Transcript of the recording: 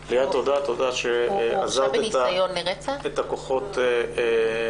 ליאת, תודה רבה שאזרת כוחות לדבר כאן.